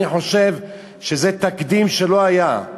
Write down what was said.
אני חושב שזה תקדים שלא היה.